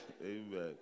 Amen